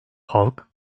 halk